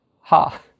ha